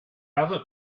other